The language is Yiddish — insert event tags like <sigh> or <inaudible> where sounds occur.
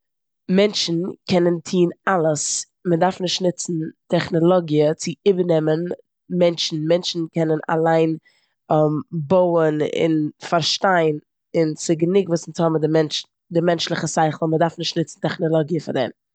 מענטשן קענען טון אלעס. מ'דארף נישט נוצן טעכנאלאגיע צו איבערנעמען מענטשן. מענטשן קענען אליין <hesitation> בויען און פארשטיין און ס'גענוג וואס אונז האבן די מענטשליכע שכל. מ'דארף נישט נוצן טעכנאלאגיע פאר דעם.